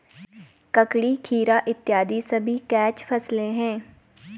ककड़ी, खीरा इत्यादि सभी कैच फसलें हैं